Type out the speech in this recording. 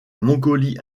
mongolie